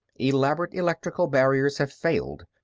elaborate electrical barriers have failed.